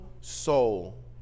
soul